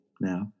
now